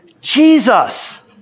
Jesus